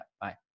bye